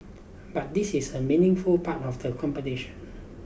but this is a meaningful part of the competition